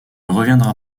reviendra